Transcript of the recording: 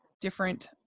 different